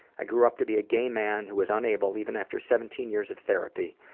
i grew up to be a gay man who is unable, even after seventeen years of therapy,